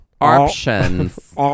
Options